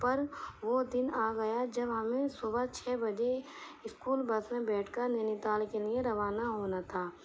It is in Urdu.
پر وہ دن آ گیا جب ہمیں صبح چھ بجے اسکول بس میں بیٹھ کر نینی تال کے لیے روانہ ہونا تھا